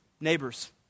neighbors